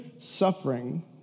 suffering